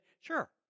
sure